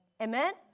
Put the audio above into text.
Amen